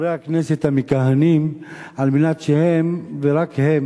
לחברי הכנסת המכהנים על מנת שהם, ורק הם,